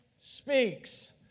speaks